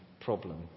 problem